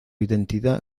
identidad